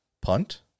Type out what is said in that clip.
punt